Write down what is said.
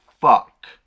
fuck